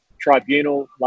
Tribunal